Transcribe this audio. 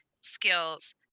skills